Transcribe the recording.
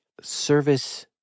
service